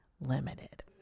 limited